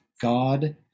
God